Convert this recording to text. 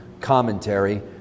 commentary